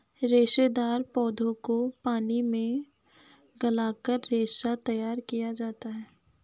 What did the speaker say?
रेशेदार पौधों को पानी में गलाकर रेशा तैयार किया जाता है